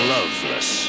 Loveless